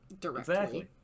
directly